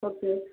okay